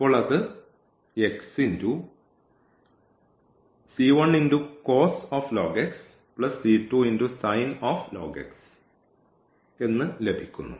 അപ്പോൾ അത് എന്ന് ലഭിക്കുന്നു